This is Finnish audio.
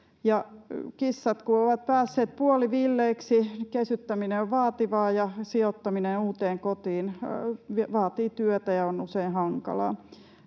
kissat ovat päässeet puolivilleiksi, kesyttäminen on vaativaa ja sijoittaminen uuteen kotiin vaatii työtä ja on usein hankalaa.